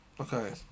Okay